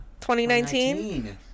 2019